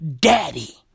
daddy